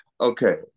okay